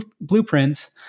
blueprints